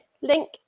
link